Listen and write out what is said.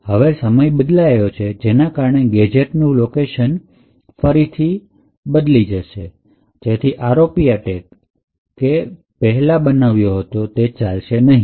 હવે સમય બદલાયો છે તેના કારણે ગેજેટ નું લોકેશન પર ફરી થશે જેથી ROP અટેક કે પહેલા બનાવ્યો હતો તે ચાલશે નહીં